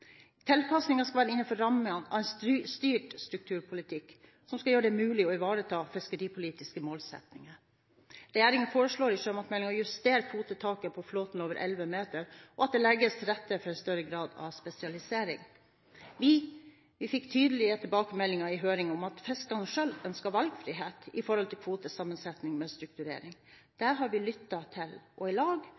Tilpasningene skal være innenfor rammen av en styrt strukturpolitikk som skal gjøre det mulig å ivareta fiskeripolitiske målsettinger. Regjeringen foreslår i sjømatmeldingen å justere kvotetaket for flåten over 11 meter, og at det legges til rette for en større grad av spesialisering. Vi fikk tydelige tilbakemeldinger i høringen om at fiskerne selv ønsket valgfrihet når det gjaldt kvotesammensetning ved strukturering. Dette har vi lyttet til og i lag